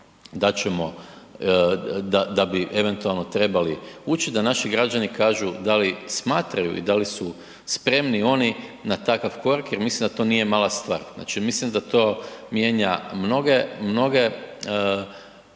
odlučimo da bi eventualno trebali ući da naši građani kažu da li smatraju i da li su spremni oni na takav korak jer mislim da to nije mala stvar. Znači mislim da to mijenja mnoge ja